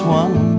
one